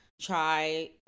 try